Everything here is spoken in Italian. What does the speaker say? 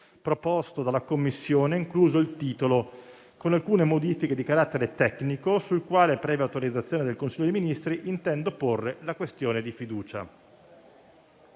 proposto dalla Commissione, incluso il titolo, con alcune modifiche di carattere tecnico, sul quale, previa autorizzazione del Consiglio dei ministri, intende porre la questione di fiducia.